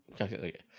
Okay